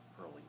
early